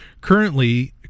Currently